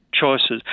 choices